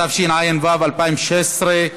התשע"ו 2016,